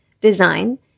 design